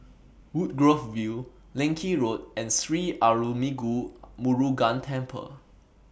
Woodgrove View Leng Kee Road and Sri Arulmigu Murugan Temple